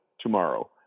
tomorrow